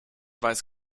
weiß